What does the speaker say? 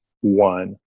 one